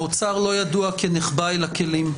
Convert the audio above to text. האוצר לא ידוע כנחבא אל הכלים.